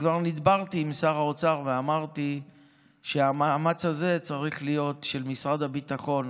כבר נדברתי עם שר האוצר ואמרתי שהמאמץ הזה צריך להיות של משרד הביטחון,